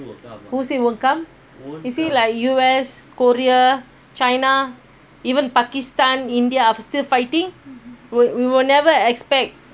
who say won't come you see like U_S korea china even pakistan india are still fighting we we will never expect